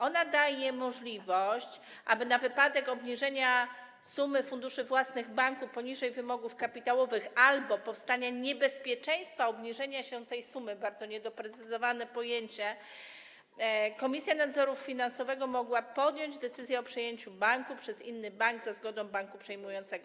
Ona daje możliwość, na wypadek obniżenia sumy funduszy własnych banków poniżej wymogów kapitałowych albo powstania niebezpieczeństwa takiego obniżenia się tej sumy - bardzo niedoprecyzowane pojęcie - Komisji Nadzoru Finansowego podjęcia decyzji o przejęciu banku przez inny bank za zgodą banku przejmującego.